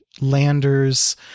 landers